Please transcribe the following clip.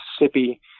Mississippi